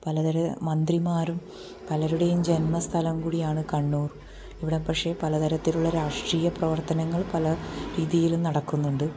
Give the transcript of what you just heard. പലതരം മന്ത്രിമാരും പലരുടെയും ജന്മ സ്ഥലം കൂടിയാണ് കണ്ണൂർ ഇവിടെ പക്ഷേ പലതരത്തിലുള്ള രാഷ്ട്രീയ പ്രവർത്തനങ്ങൾ പല രീതിയിലും നടക്കുന്നുണ്ട്